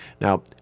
Now